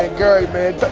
ah gary, man,